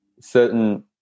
certain